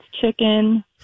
chicken